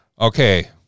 Okay